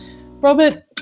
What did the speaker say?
Robert